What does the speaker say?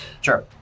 Sure